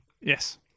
Yes